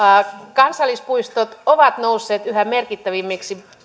kansallispuistot ovat nousseet yhä merkittävämmiksi